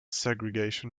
segregation